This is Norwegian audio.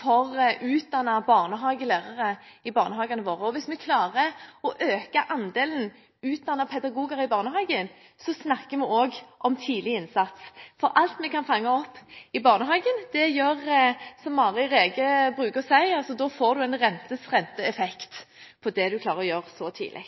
for utdannede barnehagelærere i barnehagene våre. Hvis vi klarer å øke andelen utdannede pedagoger i barnehagen, snakker vi også om tidlig innsats. Alt vi kan fange opp i barnehagen, gjør at du – som Mari Rege bruker å si – får en renters-rente-effekt på det du klarer å gjøre så tidlig.